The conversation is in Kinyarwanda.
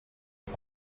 ati